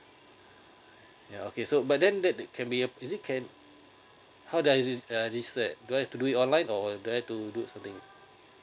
ya okay so but then that that can be uh is it can how do I dec~ decide to do it online or was there to do something